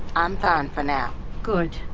i'm fine for now good.